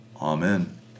Amen